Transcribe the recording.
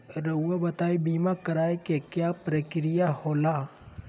रहुआ बताइं बीमा कराए के क्या प्रक्रिया होला?